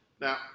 Now